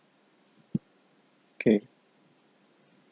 okay